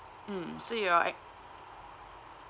mm so you're ac~